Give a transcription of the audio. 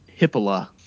Hippola